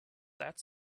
that